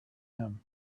him